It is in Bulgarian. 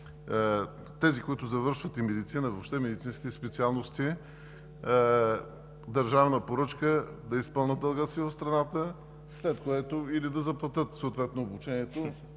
тези, които завършват медицина, медицински специалности – държавна поръчка, да изпълнят дълга си в страната или да заплатят съответно обучението